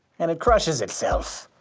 and it crushes itself.